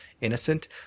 innocent